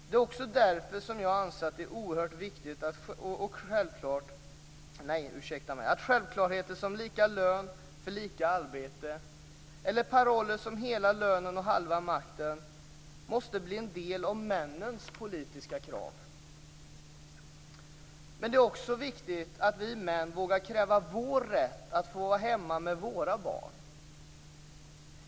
Det är också därför som jag anser att det är oerhört viktigt att självklarheter som lika lön för lika arbete eller paroller som hela lönen och halva makten måste bli en del av männens politiska krav. Men det är också viktigt att vi män vågar kräva vår rätt att få vara hemma med våra barn.